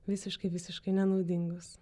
visiškai visiškai nenaudingos